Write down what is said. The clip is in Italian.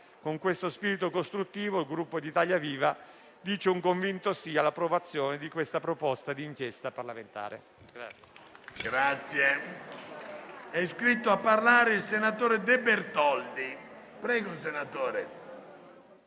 Con questo spirito costruttivo, il Gruppo Italia Viva dice un convinto sì all'approvazione della proposta di inchiesta parlamentare